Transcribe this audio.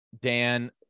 Dan